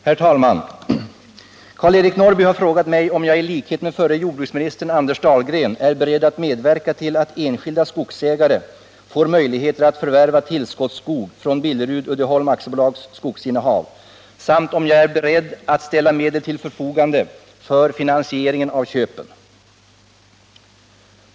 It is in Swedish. Herr talman! Karl-Eric Norrby har frågat mig om jag, i likhet med förre jordbruksministern Anders Dahlgren, är beredd att medverka till att enskilda skogsägare får möjligheter att förvärva tillskottsskog från Billerud-Uddeholm AB:s skogsinnehav samt om jag är beredd att ställa medel till förfogande för finansieringen av köpen.